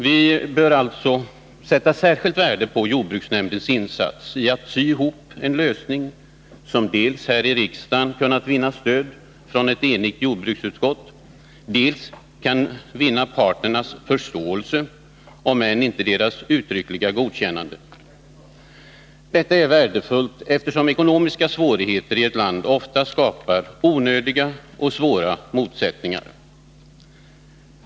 Vi bör alltså sätta särskilt värde på jordbruksnämndens insats i att sy ihop den lösning som dels här i riksdagen kunnat vinna stöd från ett enigt jordbruksutskott, dels kan vinna parternas förståelse, om än inte deras uttryckliga godkännande. Detta är värdefullt, eftersom ekonomiska svårigheter i ett land ofta skapar onödiga och svåra motsättningar.